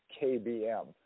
KBM